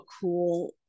cool